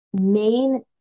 main